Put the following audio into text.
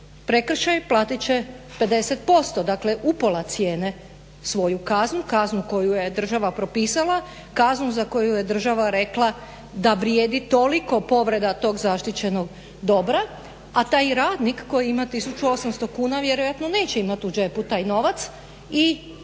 prekršaj, platit će 50% dakle upola cijene svoju kaznu, kaznu koju je država propisala, kaznu za koju je država rekla da vrijedi toliko povreda tog zaštićenog dobra a taj radnik koji ima 1800 kuna vjerojatno neće imati u džepu taj novac i